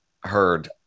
heard